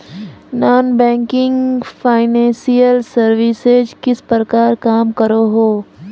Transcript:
Non banking financial services किस प्रकार काम करोहो?